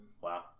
wow